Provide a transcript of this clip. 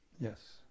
yes